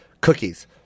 Cookies –